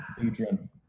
Adrian